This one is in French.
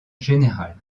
général